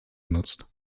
genutzt